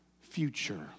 future